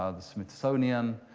ah the smithsonian,